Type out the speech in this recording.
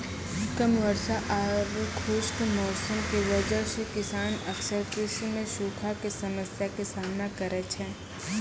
कम वर्षा आरो खुश्क मौसम के वजह स किसान अक्सर कृषि मॅ सूखा के समस्या के सामना करै छै